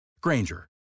Granger